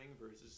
versus